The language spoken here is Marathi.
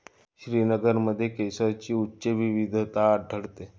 श्रीनगरमध्ये केशरची उच्च विविधता आढळते